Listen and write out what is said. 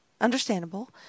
understandable